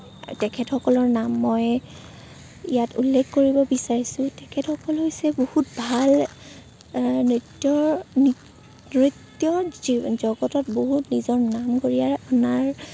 তেখেতসকলৰ নাম মই ইয়াত উল্লেখ কৰিব বিচাৰিছোঁ তেখেতসকল হৈছে বহুত ভাল আ নৃত্যৰ নৃত নৃত্যজগতত বহুত নিজৰ নাম কঢ়িয়াই অনাৰ